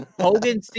Hogan